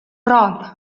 roll